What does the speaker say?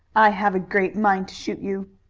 i have a great mind to shoot you.